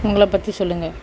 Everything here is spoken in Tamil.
உங்களை பற்றி சொல்லுங்கள்